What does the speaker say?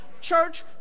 Church